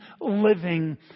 living